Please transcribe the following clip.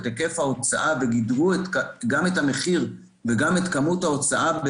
היקף ההוצאה וגידרו גם את המחיר וגם את כמות ההוצאה,